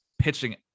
pitching